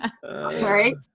Sorry